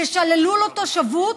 ששללו לו תושבות,